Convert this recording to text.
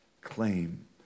claim